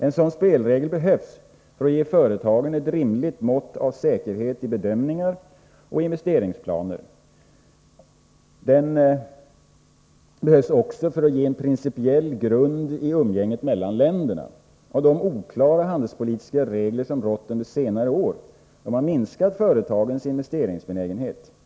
En sådan spelregel behövs för att ge företagen ett rimligt mått av säkerhet i bedömningar och investeringsplaner. Den behövs också för att ge en principiell grund i umgänget mellan länder. De oklara handelspolitiska regler som rått under senare år har minskat företagens investeringsbenägenhet.